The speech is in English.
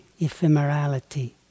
ephemerality